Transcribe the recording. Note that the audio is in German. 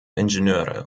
ingenieure